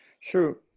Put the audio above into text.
Sure